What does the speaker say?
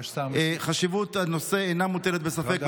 חשיבות הנושא אינה מוטלת בספק,